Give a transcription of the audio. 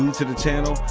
to the channel,